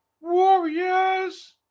Warriors